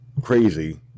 crazy